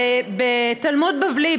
בתלמוד בבלי,